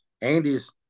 Andy's